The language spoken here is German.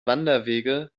wanderwege